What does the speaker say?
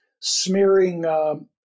smearing